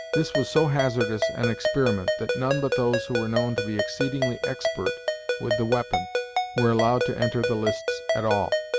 this was so hazardous an experiment that none but those who were known to be exceedingly expert with the weapon were allowed to enter the lists at all,